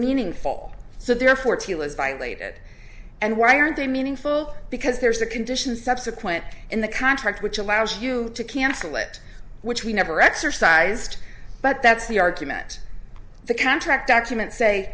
meaningful so therefore t was violated and why aren't they meaningful because there's a condition subsequent in the contract which allows you to cancel it which we never exercised but that's the argument the contract documents say